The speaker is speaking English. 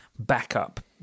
backup